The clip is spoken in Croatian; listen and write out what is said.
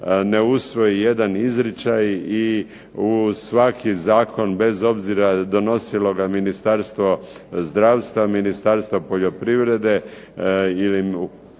ne usvoji jedan izričaj i u svaki zakon bez obzira donosilo ga Ministarstvo zdravstva, Ministarstvo poljoprivrede ili